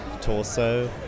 torso